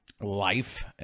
life